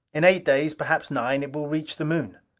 in eight days perhaps nine, it will reach the moon.